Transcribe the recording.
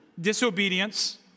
disobedience